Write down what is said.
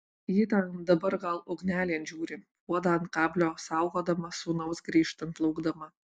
ji ten dabar gal ugnelėn žiūri puodą ant kablio saugodama sūnaus grįžtant laukdama